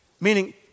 Meaning